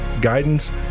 guidance